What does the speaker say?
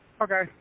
Okay